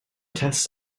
tests